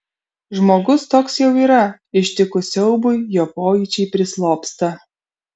žmogus toks jau yra ištikus siaubui jo pojūčiai prislopsta